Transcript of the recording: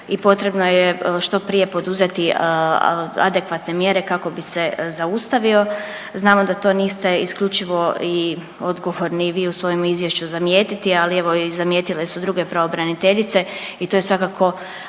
i potrebno je što prije poduzeti adekvatne mjere kako bi se zaustavio. Znamo da to niste isključivo i odgovorni vi u svojem izvješću zamijetiti, ali evo i zamijetile su druge pravobraniteljice i to je svakako